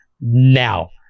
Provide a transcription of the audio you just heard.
now